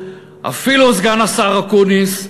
אפילו סגן שר החוץ, אפילו סגן השר אקוניס,